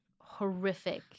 horrific